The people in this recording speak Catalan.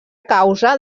causa